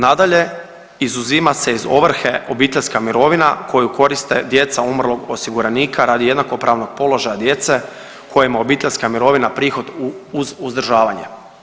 Nadalje, izuzima se iz ovrhe obiteljska mirovina koja koriste djeca umrlog osiguranika radi jednakopravnog položaja djece kojima je obiteljska mirovina prihod uz uzdržavanje.